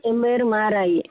என் பேர் மாராயி